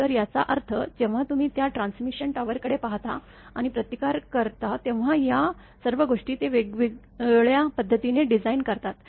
तर याचा अर्थ जेव्हा तुम्ही त्या ट्रान्समिशन टॉवरकडे पाहता आणि प्रतिकार करता तेव्हा या सर्व गोष्टी ते वेगवेगळ्या पद्धतीने डिझाइन करतात